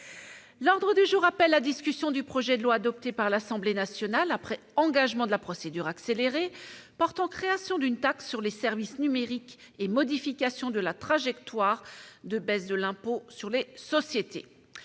L'ordre du jour appelle la discussion du projet de loi, adopté par l'Assemblée nationale après engagement de la procédure accélérée, portant création d'une taxe sur les services numériques et modification de la trajectoire de baisse de l'impôt sur les sociétés